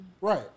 Right